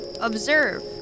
observe